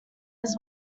his